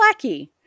Blackie